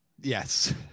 yes